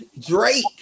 Drake